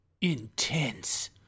Intense